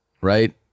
right